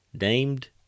Named